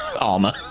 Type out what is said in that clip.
armor